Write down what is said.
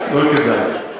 אסור, זה גם לא כדאי.